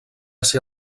ser